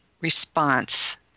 response